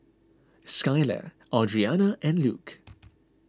Skyler Audrianna and Luke